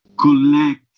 collect